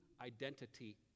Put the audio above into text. identity